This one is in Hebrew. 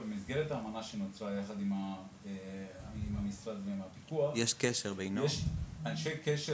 במסגרת האמנה שנוצרה יחד עם הפיקוח יש אנשי קשר